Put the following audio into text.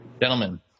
gentlemen